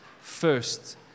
first